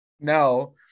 No